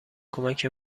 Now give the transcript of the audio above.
کمک